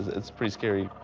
it's pretty scary.